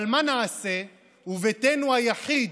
אבל מה נעשה וביתנו היחיד,